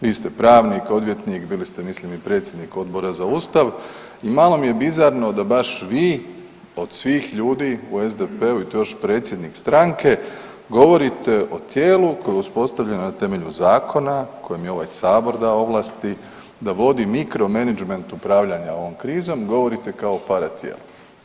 Vi ste pravnik, odvjetnik, bili ste mislim i predsjednik Odbora za ustav, malo mi je bizarno da baš vi od svih ljudi u SDP-u i to još predsjednik stranke govorite o tijelu koje je uspostavljeno na temelju zakonu, kojem je ovaj sabor dao ovlasti da vodi mikro menadžment upravljanja ovom krizom govorite kao o paratijelu.